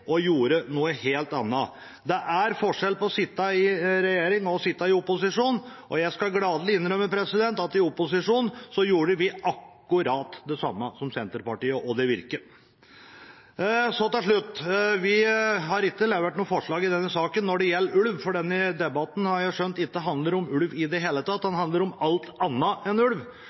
og gjorde noe helt annet. Det er forskjell på å sitte i regjering og å sitte i opposisjon, og jeg skal gladelig innrømme at i opposisjon gjorde vi akkurat det samme som Senterpartiet, og det virket. Til slutt: Vi har ikke levert noe forslag i denne saken når det gjelder ulv, fordi denne debatten, har jeg skjønt, ikke handler om ulv i det hele tatt, den handler om alt annet enn ulv.